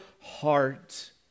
heart